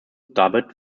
dubbed